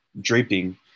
draping